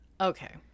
okay